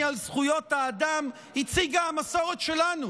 על זכויות האדם הציגה המסורת שלנו,